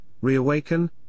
reawaken